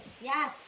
Yes